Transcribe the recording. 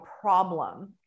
problem